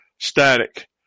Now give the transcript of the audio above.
static